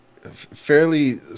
fairly